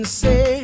say